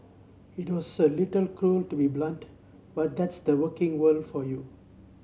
it was a little cruel to be so blunt but that's the working world for you